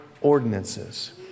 ordinances